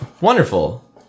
Wonderful